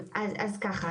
אז ככה,